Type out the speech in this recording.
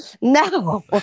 no